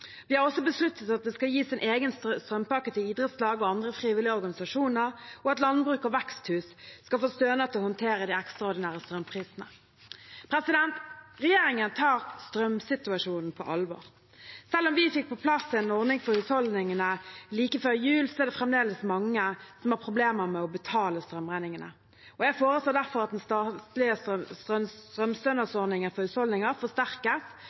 Vi har også besluttet at det skal gis en egen strømpakke til idrettslag og andre frivillige organisasjoner, og at landbruk og veksthus skal få stønad til å håndtere de ekstraordinære strømprisene. Regjeringen tar strømsituasjonen på alvor. Selv om vi fikk på plass en ordning for husholdningene like før jul, er det fremdeles mange som har problemer med å betale strømregningene. Jeg foreslår derfor at den statlige